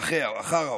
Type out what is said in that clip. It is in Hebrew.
אחר האושר.